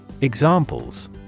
Examples